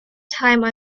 time